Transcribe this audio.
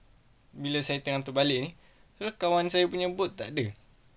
bila saya tengok terbalik ini so kawan saya punya bot tak ada